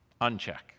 Uncheck